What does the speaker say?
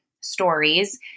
stories